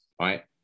right